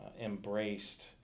embraced